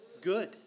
Good